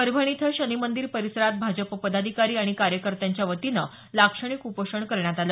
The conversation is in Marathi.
परभणी इथं शनी मंदिर परिसरात भाजप पदाधिकारी आणि कार्यकर्त्यांच्यावतीनं लाक्षणिक उपोषण करण्यात आलं